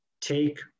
take